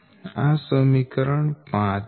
આ સમીકરણ 5 છે